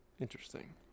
Interesting